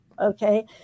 okay